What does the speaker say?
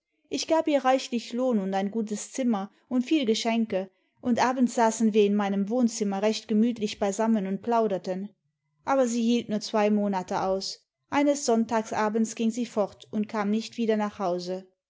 ich gab ihr reichuch lohn und ein gutes zimmer und viel geschenke und abends saßen wir in meinem wohnzimmer recht gemütlich beisammen und plauderten aber sie hielt nur zwei monate aus eines sonntags abends ging sie fort und kam nicht wieder nach hause